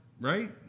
Right